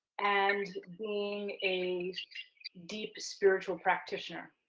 and being a deep, spiritual practitioner.